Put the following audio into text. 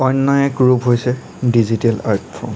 অন্য এক ৰূপ হৈছে ডিজিটেল আৰ্ট ফ'ৰ্ম